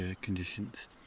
conditions